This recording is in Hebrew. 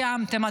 סיימתם,